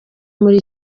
muri